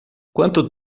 quanto